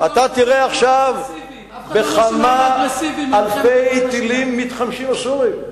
אתה תראה עכשיו בכמה אלפי טילים מתחמשים הסורים.